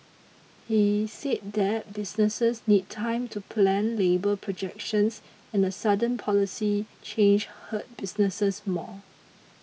he said that businesses need time to plan labour projections and a sudden policy change hurt businesses more